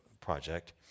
project